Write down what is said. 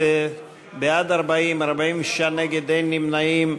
40, 46 נגד, אין נמנעים.